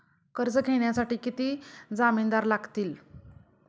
कर्ज घेण्यासाठी किती जामिनदार लागतील?